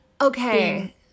Okay